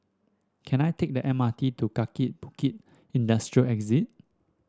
can I take the M R T to Kaki Bukit Industrial